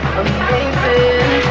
amazing